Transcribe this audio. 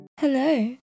hello